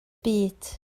byd